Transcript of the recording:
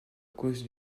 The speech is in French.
cause